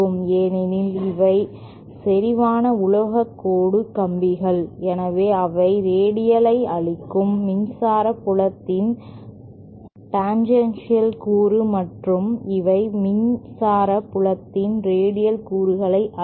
ஏனெனில் இவை செறிவான உலோகக் கோடு கம்பிகள் எனவே அவை ரேடியல் ஐ அழிக்கும் மின்சார புலத்தின் டேன்ஜென்ஷியல் கூறு மற்றும் இவை மின்சார புலத்தின் ரேடியல் கூறுகளை அழிக்கும்